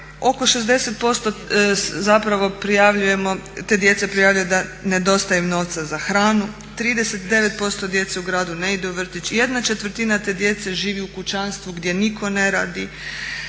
Oko 60% zapravo prijavljujemo, te djece prijavljuje da ne dostaje im novca za hranu, 39% djece u gradu ne ide u vrtić, ¼ te djece živi u kućanstvu gdje nitko ne radi.